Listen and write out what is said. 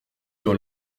dans